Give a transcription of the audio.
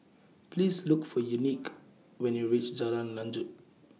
Please Look For Unique when YOU REACH Jalan Lanjut